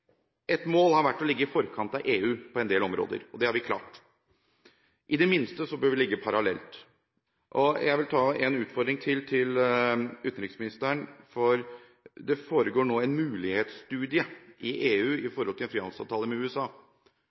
Et mål har vært å ligge i forkant av EU på en del områder, og det har vi klart. I det minste bør vi ligge parallelt. Jeg vil komme med en utfordring til til utenriksministeren: Det foregår nå en mulighetsstudie i EU med tanke på en frihandelsavtale med USA.